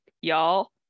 y'all